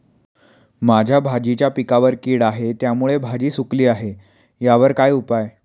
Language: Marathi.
माझ्या भाजीच्या पिकावर कीड आहे त्यामुळे भाजी सुकली आहे यावर काय उपाय?